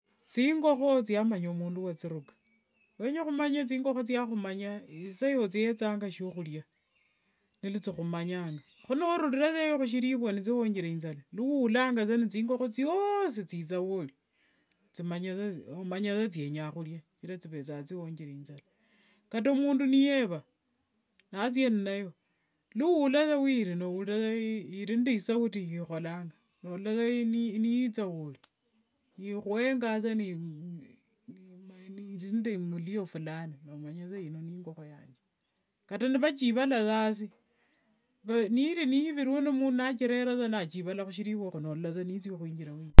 Thingokho thiamanya mundu wathiruka isa yothiyethanga shiokhuria thikhumanyanga khunorurira saa erya khusirivwa nithiva nithiwonjere inzala niulanga saa nthingokho thiosi thitha wori, manya sa thinyanga khuria shichira thivethanga nithiwonjere inzala kata mundu niyeva nathia inayo, niula saa wairi nomanya saa iri nde isauti yayikholanga, nolola saa niyitha woriyikhuyenganga saa niri nde muliyo fulani, nomanya saa ino ni ingokho yanje kata nivachivala saa asi niri nivirwe mundu nachirera nachivala saa khusirivwa, nolola saa nithia khwinjira saa wori.